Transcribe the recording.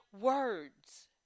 words